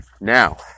Now